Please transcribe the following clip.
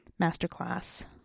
Masterclass